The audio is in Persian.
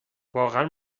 واقعا